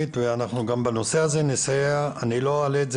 אני אצא לשם ויהיה לי את הכל,